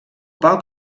poc